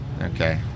Okay